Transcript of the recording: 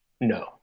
No